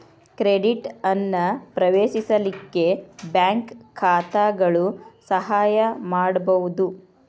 credit ಅನ್ನ ಪ್ರವೇಶಿಸಲಿಕ್ಕೆ bank ಖಾತಾಗಳು ಸಹಾಯ ಮಾಡ್ಬಹುದು